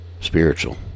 spiritual